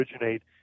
originate